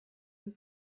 von